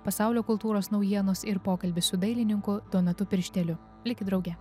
pasaulio kultūros naujienos ir pokalbis su dailininku donatu piršteliu likit drauge